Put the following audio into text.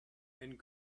and